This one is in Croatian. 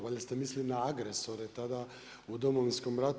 Valjda ste mislili na agresore tada u Domovinskom ratu.